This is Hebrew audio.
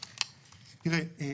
תראה,